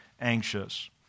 anxious